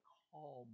call